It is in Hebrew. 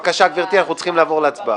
בבקשה, גברתי, אנחנו צריכים לעבור להצבעה.